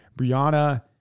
Brianna